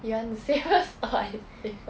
you want to say first or I say first